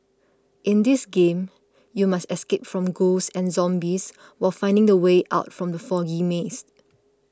in this game you must escape from ghosts and zombies while finding the way out from the foggy maze